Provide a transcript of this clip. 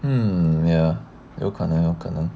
um ya 有可能有可能